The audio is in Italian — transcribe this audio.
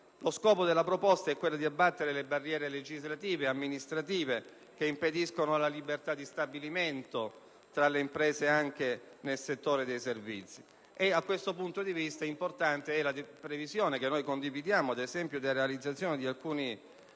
Lo scopo della proposta è quello di abbattere le barriere legislative e amministrative che impediscono la libertà di stabilimento tra le imprese, anche nel settore dei servizi. Da questo punto di vista è importante, ad esempio, la previsione, che noi condividiamo, della realizzazione di alcuni